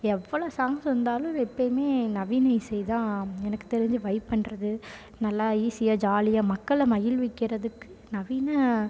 எவ்வளோ சாங்ஸ் வந்தாலும் எப்போயுமே நவீன இசை தான் எனக்கு தெரிஞ்சு வைப் பண்ணுறது நல்லா ஈஸியாக ஜாலியாக மக்களை மகிழ்விக்கிறதுக்கு நவீன